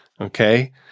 Okay